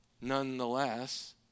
Nonetheless